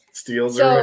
steals